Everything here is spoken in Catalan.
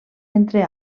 entre